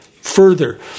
Further